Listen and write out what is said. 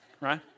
Right